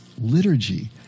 liturgy